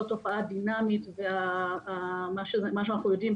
זאת תופעה דינמית ומה שאנחנו יודעים,